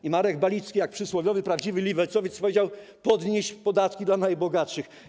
I Marek Balicki jak przysłowiowy prawdziwy lewicowiec powiedział: Podnieść podatki dla najbogatszych.